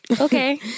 Okay